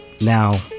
now